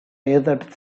desert